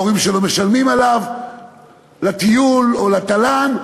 ההורים שלו משלמים עליו לטיול או לתל"ן,